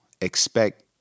expect